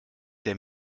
der